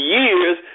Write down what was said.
years